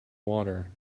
water